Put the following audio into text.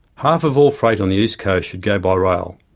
half of all freight on the east coast should go by rail.